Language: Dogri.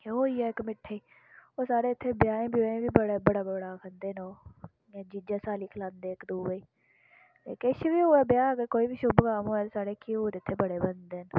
ते ओह् होई गेआ इक मिट्ठे च होर साढ़े इत्थें ब्याहें ब्युएं बी बड़ा बड़ा खंदे न ओह् जियां जीजा साली खलांदे इक दुए ते किश बी होऐ ब्याह् अगर कोई बी शुभ कम्म होऐ ते साढ़ै घ्यूर इत्थे बड़े बनदे न